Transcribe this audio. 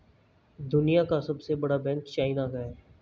दुनिया का सबसे बड़ा बैंक चाइना का है